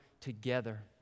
together